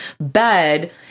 bed